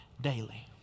daily